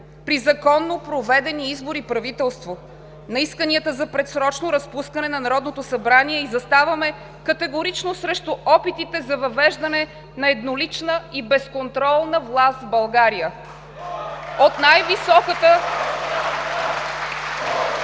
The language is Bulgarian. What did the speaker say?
при законно проведени избори, правителство, на исканията за предсрочно разпускане на Народното събрание и заставаме категорично срещу опитите за въвеждане на еднолична и безконтролна власт в България. (Ръкопляскания